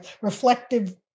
reflective